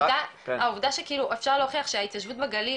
והעובדה שכאילו אפשר להוכיח שההתיישבות בגליל